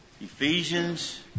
Ephesians